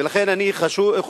ולכן, אני חושב